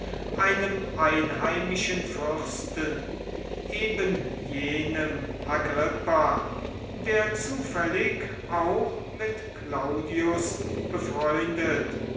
einem einheimischen fürsten eben jenem agrippa der zufällig auch mit claudius befreundet